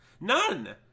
None